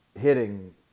hitting –